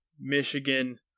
Michigan